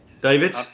David